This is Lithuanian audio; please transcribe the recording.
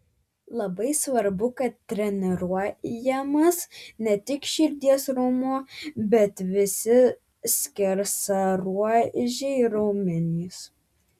labai svarbu kad treniruojamas ne tik širdies raumuo bet visi skersaruožiai raumenys